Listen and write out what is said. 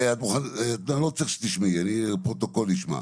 אני לא צריך שתשמעי, הפרוטוקול ישמע.